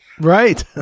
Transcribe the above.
right